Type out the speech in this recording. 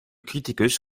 criticus